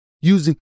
using